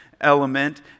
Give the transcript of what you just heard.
element